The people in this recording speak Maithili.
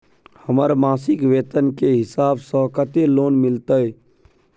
हमर मासिक वेतन के हिसाब स कत्ते लोन मिलते?